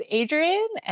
adrian